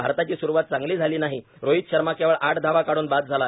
भारताची सुरूवात चांगली झाली नाही रोहीत शर्मा केवळ आठ धावा काढून बाद झाला